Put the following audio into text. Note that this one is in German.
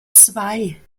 zwei